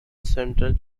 central